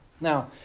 Now